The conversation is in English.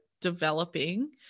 developing